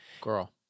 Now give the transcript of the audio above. girl